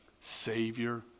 Savior